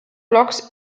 blocks